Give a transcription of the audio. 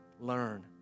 learn